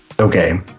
Okay